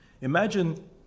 Imagine